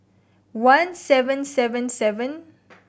one seven seven seven